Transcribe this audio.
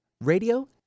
radio